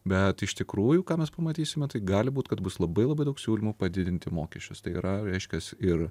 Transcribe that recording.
bet iš tikrųjų ką mes pamatysime tai gali būti kad bus labai labai daug siūlymų padidinti mokesčius tai yra reiškias ir